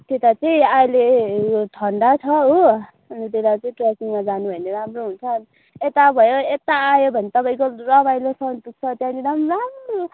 त्यता चाहिँ अहिले ठण्डा छ हो अनि त्यता चाहिँ ट्रेकिङमा जानुभयो भने राम्रो हुन्छ यता भयो यता आयो भने तपाईँको रमाइलो छ त्यहाँनिर पनि राम्रो